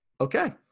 Okay